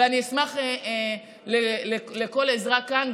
ואני אשמח לכל עזרה כאן,